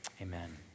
amen